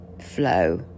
flow